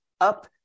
up